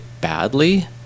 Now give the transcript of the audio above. badly